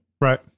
Right